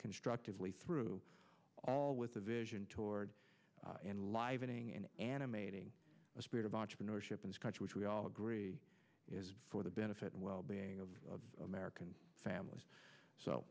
constructively through all with a vision toward enlivening and animating a spirit of entrepreneurship in this country which we all agree is for the benefit and well being of american families so